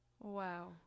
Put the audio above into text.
wow